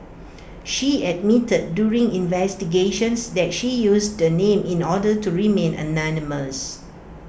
she admitted during investigations that she used the name in order to remain anonymous